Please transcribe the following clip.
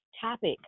topic